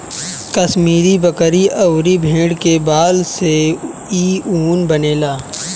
कश्मीरी बकरी अउरी भेड़ के बाल से इ ऊन बनेला